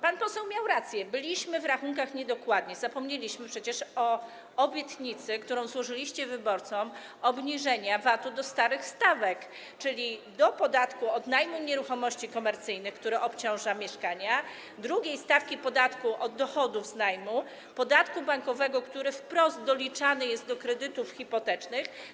Pan poseł miał rację, byliśmy w rachunkach niedokładni, zapomnieliśmy przecież o obietnicy, którą złożyliście wyborcom, obniżenia VAT-u do starych stawek, czyli do podatku od najmu nieruchomości komercyjnych, który obciąża mieszkania, drugiej stawki podatku od dochodów z najmu, podatku bankowego, który wprost doliczany jest do kredytów hipotecznych.